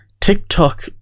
TikTok